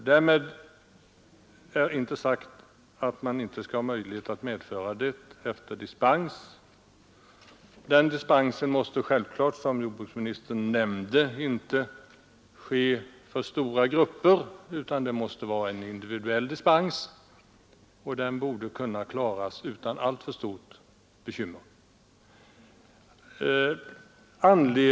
Därmed är inte sagt att man inte skall ha möjlighet att medföra vapen efter dispens. Den dispensen måste självfallet, som jordbruksministern nämnde, inte ges åt stora grupper, utan det måste vara en individuell dispens, och den borde kunna klaras utan alltför stort bekymmer.